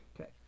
Okay